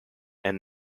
and